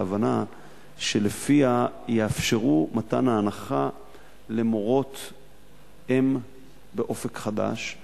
להבנה שלפיה יאפשרו מתן ההנחה למורות-אם ב"אופק חדש".